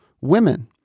women